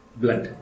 blood